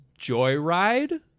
joyride